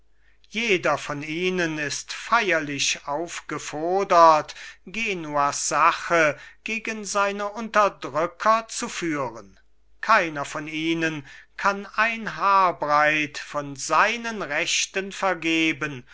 jeder von ihnen ist feierlich aufgefodert genuas sache gegen seine unterdrücker zu führen keiner von ihnen kann ein haar breit von seinen rechten vergeben